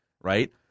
right